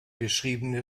beschriebene